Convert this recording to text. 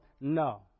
No